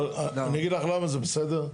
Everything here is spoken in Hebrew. אבל אני אגיד למה זה, בסדר?